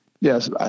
Yes